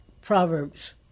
Proverbs